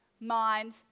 mind